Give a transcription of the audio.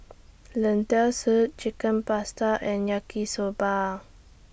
Lentil Soup Chicken Pasta and Yaki Soba